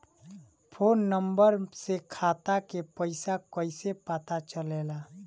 Phone number से खाता के पइसा कईसे पता चलेला?